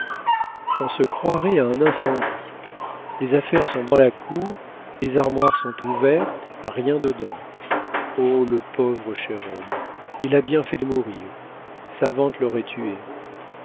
on se croirait à un incendie les affaires sont dans la cour les armoires sont ouvertes rien dedans oh le pauvre cher homme il a bien fait de mourir sa vente l'aurait tué